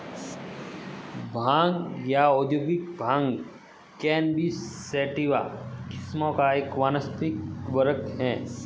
भांग या औद्योगिक भांग कैनबिस सैटिवा किस्मों का एक वानस्पतिक वर्ग है